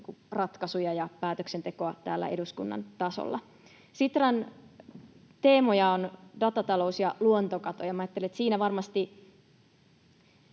ratkaisuja ja päätöksentekoa täällä eduskunnan tasolla. Sitran teemoja ovat datatalous ja luontokato, ja minä ajattelen, että siinä varmasti